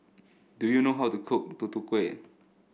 do you know how to cook Tutu Kueh